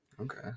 okay